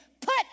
put